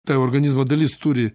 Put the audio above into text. ta organizmo dalis turi